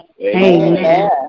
Amen